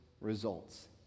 results